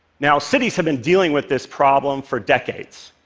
now, cities have been dealing with this problem for decades.